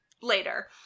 later